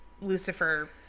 lucifer